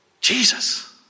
jesus